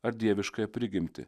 ar dieviškąją prigimtį